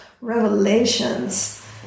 revelations